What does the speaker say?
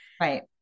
Right